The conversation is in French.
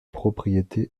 propriétés